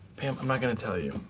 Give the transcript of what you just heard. pam, i'm not gonna tell you.